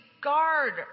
guard